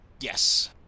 Yes